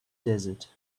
desert